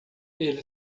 ele